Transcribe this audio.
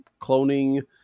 cloning